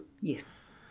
Yes